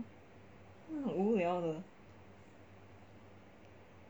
无聊的